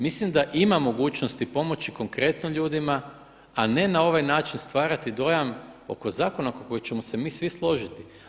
Mislim da ima mogućnosti pomoći konkretno ljudima a ne na ovaj način stvarati dojam oko zakona oko kojih ćemo se mi svi složiti.